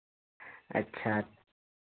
अच्छा